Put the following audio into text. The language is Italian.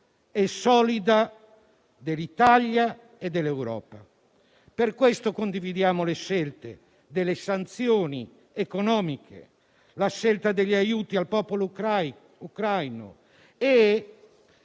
e solida dell'Italia e dell'Europa. Per questo condividiamo le scelte delle sanzioni economiche, la scelta degli aiuti al popolo ucraino.